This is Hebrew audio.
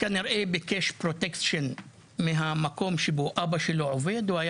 כנראה שביקש פרוטקשן מהמקום בו עובד אבא של אותו צעיר,